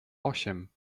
osiem